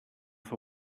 for